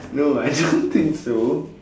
no I don't think so